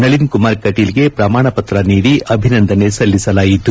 ನಳಿನ್ ಕುಮಾರ್ ಕಟೀಲ್ಗೆ ಪ್ರಮಾಣ ಪತ್ರ ನೀದಿ ಅಭಿನಂದನೆ ಸಲ್ಲಿಸಲಾಯಿತು